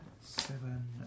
Seven